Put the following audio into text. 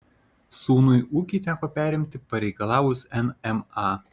sūnui ūkį teko perimti pareikalavus nma